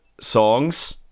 songs